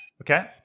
Okay